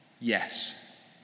Yes